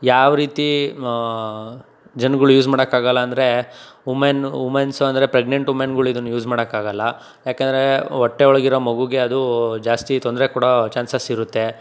ಯಾವ ರೀತಿ ಜನಗಳು ಯೂಸ್ ಮಾಡೋಕ್ಕಾಗಲ್ಲ ಅಂದರೆ ವುಮೆನು ವುಮೆನ್ಸು ಅಂದರೆ ಪ್ರೆಗ್ನೆಂಟ್ ವುಮೆನ್ಗಳು ಇದನ್ನು ಯೂಸ್ ಮಾಡೋಕ್ಕಾಗಲ್ಲ ಯಾಕಂದರೆ ಹೊಟ್ಟೆ ಒಳಗಿರೋ ಮಗುಗೆ ಅದು ಜಾಸ್ತಿ ತೊಂದರೆ ಕೊಡೊ ಚಾನ್ಸಸ್ ಇರುತ್ತೆ